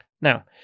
Now